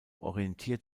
orientiert